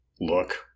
Look